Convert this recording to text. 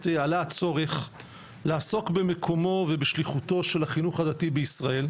עלה הצורך לעסוק במקומו ובשליחותו של החינוך הדתי בישראל,